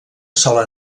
sola